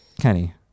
Kenny